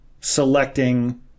selecting